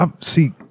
See